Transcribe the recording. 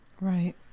Right